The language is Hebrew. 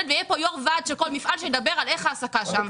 ויהיה יו"ר ועד של כל מפעל שידבר על איך ההעסקה שם.